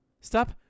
stop